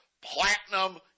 Platinum